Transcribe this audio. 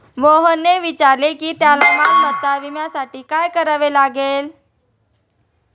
मोहनने विचारले की त्याला मालमत्ता विम्यासाठी काय करावे लागेल?